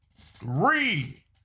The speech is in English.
three